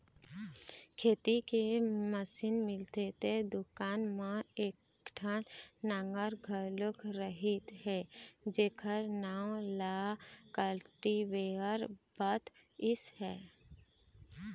खेती के मसीन मिलथे तेन दुकान म एकठन नांगर घलोक रहिस हे जेखर नांव ल कल्टीवेटर बतइस हे